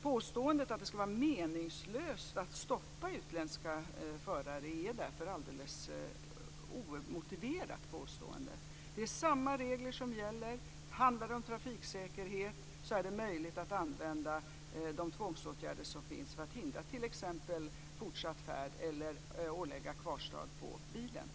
Påståendet att det skulle vara meningslöst att stoppa utländska förare är därför alldeles omotiverat. Det är samma regler som gäller. Handlar det om trafiksäkerhet är det möjligt att använda de tvångsåtgärder som finns för att hindra t.ex. fortsatt färd eller belägga bilen med kvarstad.